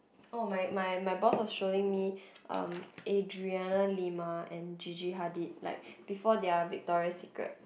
oh my my my boss was showing me um Adriana-Lima and Gigi-Hadid like before their Victoria Secret